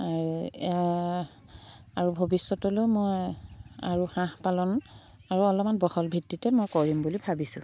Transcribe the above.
আৰু আৰু ভৱিষ্যতলৈও মই আৰু হাঁহ পালন আৰু অলপমান বহলভিত্তিতে মই কৰিম বুলি ভাবিছোঁ